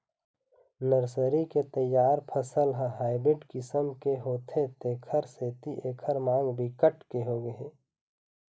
nursery के तइयार फसल ह हाइब्रिड किसम के होथे तेखर सेती एखर मांग बिकट के होगे हे